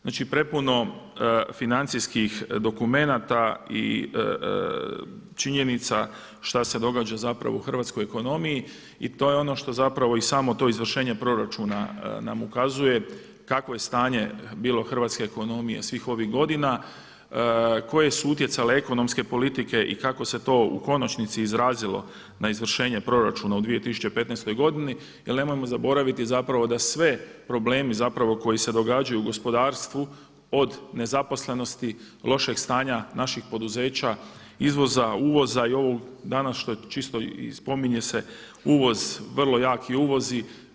Znači prepuno financijskih dokumenata i činjenica što se događa u hrvatskoj ekonomiji i to je ono što i samo to izvršenje proračuna nam ukazuje kakvo je stanje bilo hrvatske ekonomije svih ovih godina, koje su utjecale ekonomske politike i kako se to u konačnici izrazilo na izvršenje proračuna u 2015. godini jel nemojmo zaboraviti zapravo da sve probleme koji se događaju u gospodarstvu od nezaposlenosti, lošeg stanja naših poduzeća, izvoza, uvoza i ovo danas čisto i spominje se uvozi vrlo jaki uvozi.